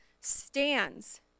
stands